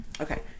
okay